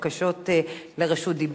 אך בהחלט יש בקשות לרשות דיבור.